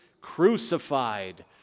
crucified